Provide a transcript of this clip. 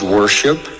worship